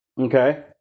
Okay